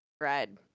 ride